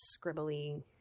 scribbly